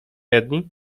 jedni